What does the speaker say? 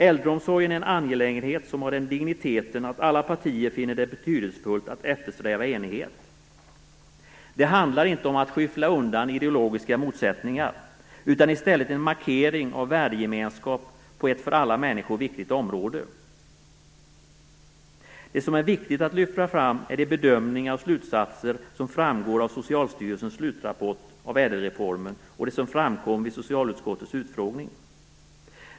Äldreomsorgen är en angelägenhet som har den digniteten att alla partier finner det betydelsefullt att eftersträva enighet. Det handlar inte om att skyffla undan ideologiska motsättningar utan i stället om en markering av värdegemenskap på ett för alla människor viktigt område. Det som är viktigt att lyfta fram är de bedömningar och slutsatser som framgår av Socialstyrelsens slutrapport av ÄDEL-reformen och det som framkom vid socialutskottets utfrågning.